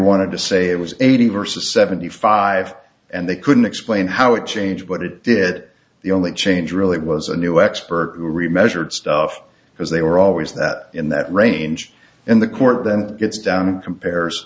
wanted to say it was eighty versus seventy five and they couldn't explain how it changed but it did the only change really was a new expert who remembered stuff because they were always that in that range and the court then gets down and compares